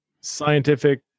scientific